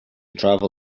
travel